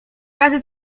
razy